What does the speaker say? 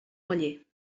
paller